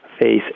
face